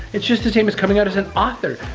it's just the same as coming out as an author.